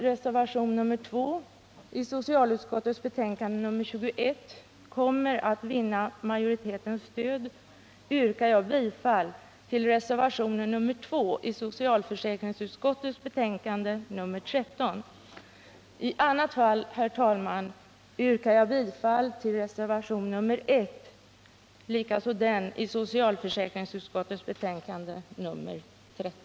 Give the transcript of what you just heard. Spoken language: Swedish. Jag yrkar bifall till reservation nr 2 i socialförsäkringsutskottets betänkande nr 13. Om denna avslås kommer jag att stödja reservation nr 1.